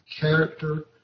character